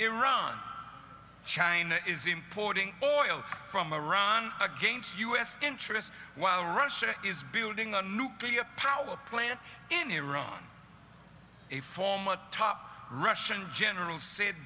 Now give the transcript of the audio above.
iran china is importing oil from iran against u s interests while russia is building a nuclear power plant in iran a former top russian general said